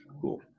Cool